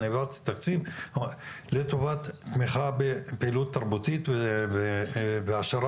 אני העברתי תקציב לטובת תמיכה בפעילות תרבותית והעשרה